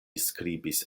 skribis